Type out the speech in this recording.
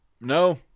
No